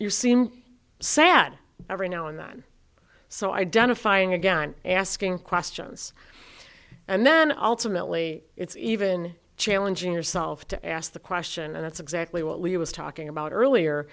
you seem sad every now and then so identifying again asking questions and then ultimately it's even challenging yourself to ask the question and that's exactly what we was talking about earlier